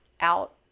out